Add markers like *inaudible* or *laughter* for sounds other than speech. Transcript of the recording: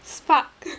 spark *laughs*